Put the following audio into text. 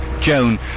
Joan